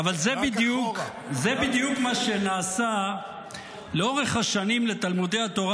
אבל זה בדיוק מה שנעשה לאורך השנים לתלמודי התורה